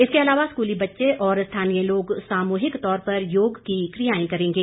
इसके अलावा स्कूली बच्चे और स्थानीय लोग सामूहिक तौर पर योग की क्रियाएं करेंगे